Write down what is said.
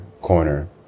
corner